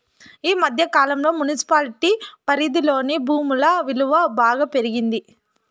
ఈ మధ్య కాలంలో మున్సిపాలిటీ పరిధిలోని భూముల విలువ బాగా పెరిగింది